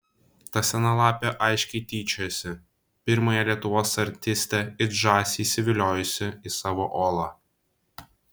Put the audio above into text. ta sena lapė aiškiai tyčiojosi pirmąją lietuvos artistę it žąsį įsiviliojusi į savo olą